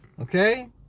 Okay